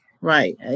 Right